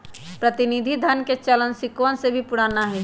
प्रतिनिधि धन के चलन सिक्कवन से भी पुराना हई